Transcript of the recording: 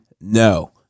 no